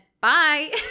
bye